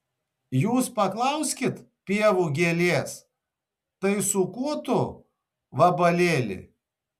jūs paklauskit pievų gėlės tai su kuo tu vabalėli